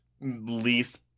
least